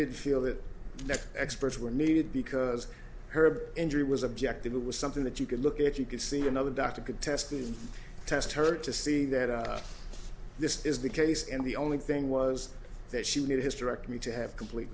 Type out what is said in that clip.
did feel that the experts were needed because her injury was objective it was something that you could look at you could see another doctor could test and test her to see that this is the case and the only thing was that she needed hysterectomy to have complete